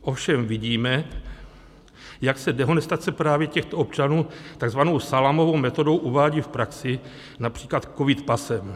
Ovšem vidíme, jak se dehonestace právě těchto občanů takzvanou salámovou metodou uvádí v praxi, například covid pasem.